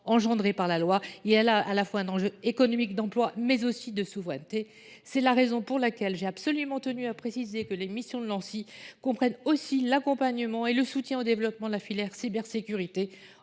suscité par la loi. Il y a là un enjeu économique d’emploi, mais aussi de souveraineté. C’est la raison pour laquelle j’ai absolument tenu à préciser que les missions de l’Anssi comprennent aussi l’accompagnement et le soutien au développement de la filière cybersécurité